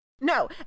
No